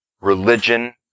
religion